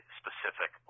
specific